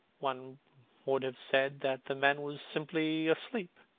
one would have said that the man was simply asleep.